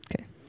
Okay